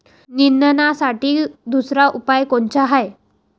निंदनासाठी दुसरा उपाव कोनचा हाये?